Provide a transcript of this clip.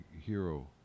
hero